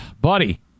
buddy